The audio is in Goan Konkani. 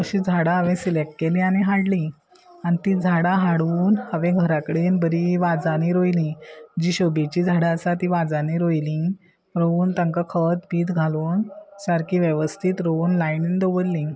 अशी झाडां हांवें सिलेक्ट केली आनी हाडली आनी ती झाडां हाडून हांवें घरा कडेन बरी वाजांनी रोयली जी शोबेची झाडां आसा ती वाजांनी रोयली रोवन तांकां खत बीत घालून सारकी वेवस्थीत रोवन लायनीन दवरली